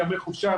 ימי חופשה,